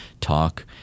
talk